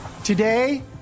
Today